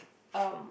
um